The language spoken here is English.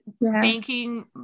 banking